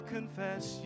confess